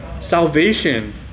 salvation